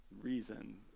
reason